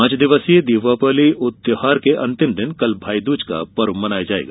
पांच दिवसीय दीपावली त्यौहार के अंतिम दिन कल भाईदूज का पर्व मनाया जाएगा